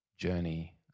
journey